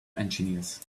engineers